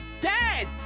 Dad